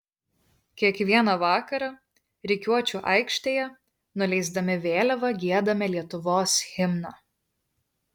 kiekvieną vakarą rikiuočių aikštėje nuleisdami vėliavą giedame lietuvos himną